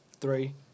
three